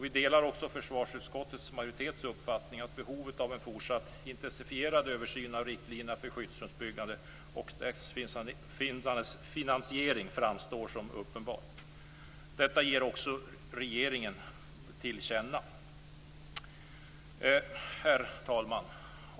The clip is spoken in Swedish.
Vi delar försvarsutskottets majoritets uppfattning att behovet av en fortsatt intensifierad översyn av riktlinjerna för skyddsrumsbyggandet och av dettas finansiering framstår som uppenbart. Detta vill utskottet också att riksdagen ger regeringen till känna. Herr talman!